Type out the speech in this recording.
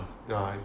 ya